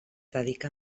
dedicà